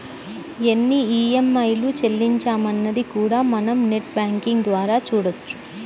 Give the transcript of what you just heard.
ఎన్ని ఈఎంఐలు చెల్లించామన్నది కూడా మనం నెట్ బ్యేంకింగ్ ద్వారా చూడొచ్చు